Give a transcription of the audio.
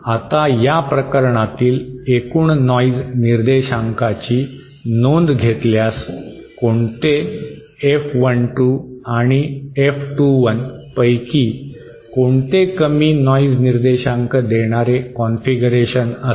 आता या प्रकरणातील एकूण नॉइज निर्देशकांची नोंद घेतल्यास कोणते F12 आणि F21 पैकी कोणते कमी नॉइज निर्देशांक देणारे कॉन्फिगरेशन असेल